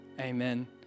Amen